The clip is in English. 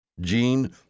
Jean